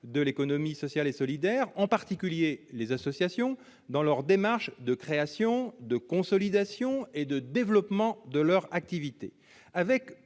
de l'économie sociale et solidaire, en particulier les associations, dans leurs démarches de création, de consolidation et de développement de leur activité.